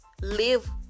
live